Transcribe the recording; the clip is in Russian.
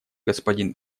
господин